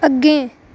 अग्गें